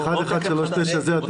לא עוד תקן,